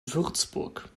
würzburg